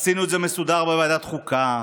עשינו את זה מסודר בוועדת חוקה,